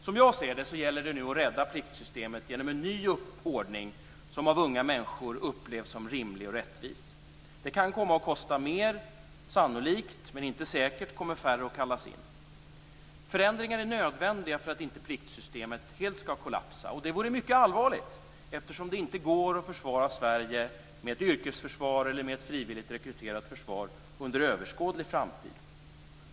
Som jag ser det gäller det nu att rädda pliktsystemet genom en ny ordning, som av unga människor upplevs som rimlig och rättvis. Den kan komma att kosta mer. Sannolikt, men inte säkert, kommer färre att kallas in. Förändringar är nödvändiga för att inte pliktsystemet helt skall kollapsa. Det vore mycket allvarligt, eftersom det inte går att försvara Sverige med ett yrkesförsvar eller med ett frivilligt rekryterat försvar under överskådlig framtid.